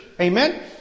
Amen